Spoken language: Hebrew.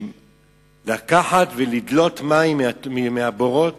לקחת ולדלות מים מהבורות?